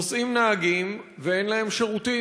נוסעים נהגים ואין להם שירותים,